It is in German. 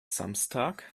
samstag